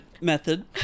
method